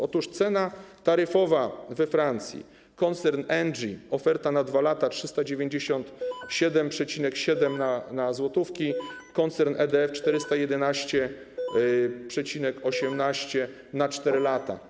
Otóż cena taryfowa we Francji: koncern Engie, oferta na 2 lata - 397,7 w przeliczeniu na złotówki, koncern EDF - 411,18 na 4 lata.